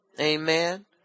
Amen